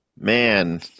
man